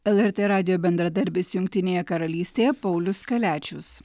lrt radijo bendradarbis jungtinėje karalystėje paulius kaliačius